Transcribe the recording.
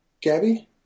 Gabby